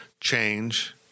change